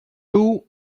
two